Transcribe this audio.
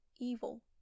evil